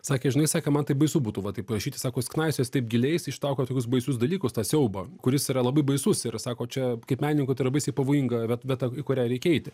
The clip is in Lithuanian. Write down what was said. sakė žinai sakė man tai baisu būtų va taip rašyti sako jis knaisiojas taip giliai jis ištraukia tokius baisius dalykus tą siaubą kuris yra labai baisus ir sako čia kaip menininkui tai yra baisiai pavojinga vie vieta į kurią reikia eiti